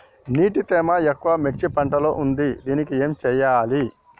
నీటి తేమ ఎక్కువ మిర్చి పంట లో ఉంది దీనికి ఏం చేయాలి?